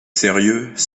sérieux